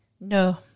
No